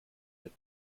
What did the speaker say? der